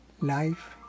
Life